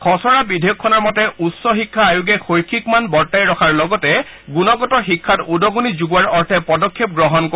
খছৰা বিধেয়কখনৰ মতে উচ্চ শিক্ষা আয়োগে শৈক্ষিকমান বৰ্তাই ৰখাৰ লগতে গুণগত শিক্ষাত উদগণি যোগোৱাৰ অৰ্থে পদক্ষেপ গ্ৰহণ কৰিব